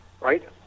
right